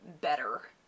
better